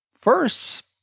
First